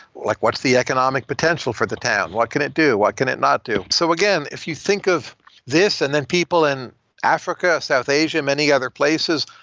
like what's the economic potential for the town? what can it do? what can it not do? so again, if you think of this and then people in africa, south asia, many other places,